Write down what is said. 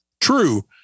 true